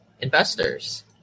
investors